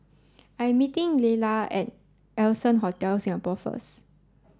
I'm meeting Laylah at Allson Hotel Singapore first